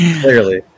Clearly